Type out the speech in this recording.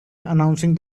announced